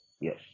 Yes